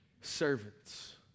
servants